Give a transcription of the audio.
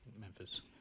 Memphis